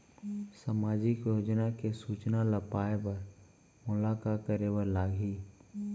सामाजिक योजना के सूचना ल पाए बर मोला का करे बर लागही?